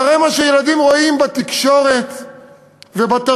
אחרי מה שילדים רואים בתקשורת ובתרבות,